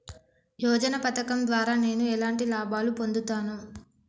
యోజన పథకం ద్వారా నేను ఎలాంటి లాభాలు పొందుతాను?